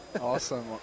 Awesome